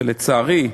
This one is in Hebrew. ולצערי,